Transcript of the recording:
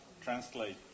translate